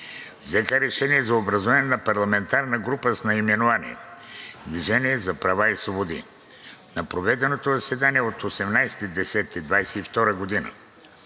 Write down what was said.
взеха решение за образуване на парламентарна група и наименование „Движение за права и свободи“ на проведеното заседание на 18 октомври